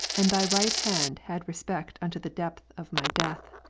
and thy right hand had respect unto the depth of my death,